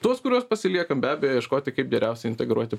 tuos kuriuos pasiliekam be abejo ieškoti kaip geriausia integruoti